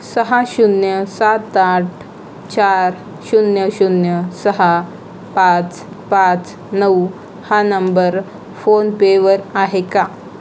सहा शून्य सात आठ चार शून्य शून्य सहा पाच पाच नऊ हा नंबर फोनपेवर आहे का